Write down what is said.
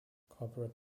corporate